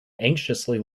anxiously